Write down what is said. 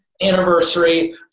anniversary